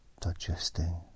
Digesting